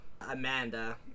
Amanda